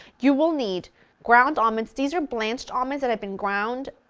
you will need ground almonds, these are blanched almonds that have been ground,